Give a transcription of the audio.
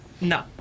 No